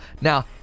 Now